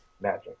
magic